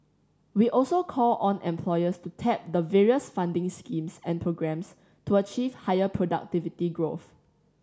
we also call on employers to tap the various funding schemes and programmes to achieve higher productivity growth